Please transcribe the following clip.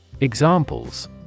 Examples